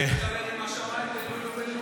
צריך לדבר עם השמאי בן לולו.